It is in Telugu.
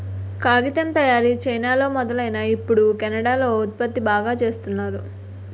కాగితం తయారీ చైనాలో మొదలైనా ఇప్పుడు కెనడా లో ఉత్పత్తి బాగా చేస్తున్నారు